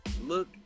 look